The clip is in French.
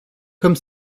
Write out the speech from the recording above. comme